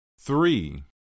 Three